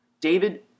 David